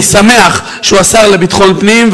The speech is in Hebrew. אני שמח שהוא השר לביטחון פנים,